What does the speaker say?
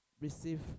receive